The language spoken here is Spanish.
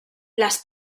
las